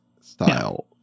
style